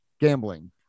gambling